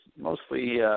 mostly